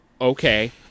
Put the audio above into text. okay